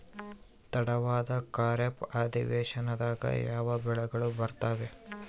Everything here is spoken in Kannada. ತಡವಾದ ಖಾರೇಫ್ ಅಧಿವೇಶನದಾಗ ಯಾವ ಬೆಳೆಗಳು ಬರ್ತಾವೆ?